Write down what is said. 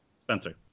Spencer